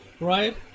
right